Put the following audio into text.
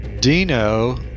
Dino